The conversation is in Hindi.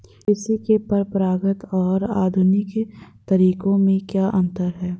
कृषि के परंपरागत और आधुनिक तरीकों में क्या अंतर है?